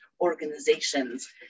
organizations